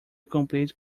complete